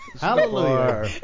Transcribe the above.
Hallelujah